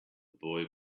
boy